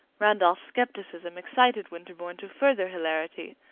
randolph's skepticism excited winterbourne to further hilarity,